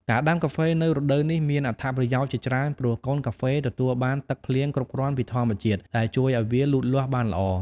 ការដាំកាហ្វេនៅរដូវនេះមានអត្ថប្រយោជន៍ជាច្រើន ព្រោះកូនកាហ្វេទទួលបានទឹកភ្លៀងគ្រប់គ្រាន់ពីធម្មជាតិ ដែលជួយឱ្យវាលូតលាស់បានល្អ។